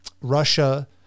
Russia